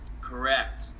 Correct